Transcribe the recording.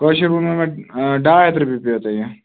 کٲشِر ونمو مےٚ ڈاے ہَتھ رۄپیہِ پیوٕ تۄہہِ یہِ